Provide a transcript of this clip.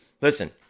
Listen